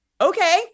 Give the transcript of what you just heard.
okay